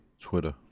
Twitter